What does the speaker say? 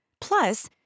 Plus